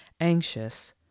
anxious